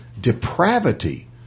depravity